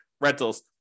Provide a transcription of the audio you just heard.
rentals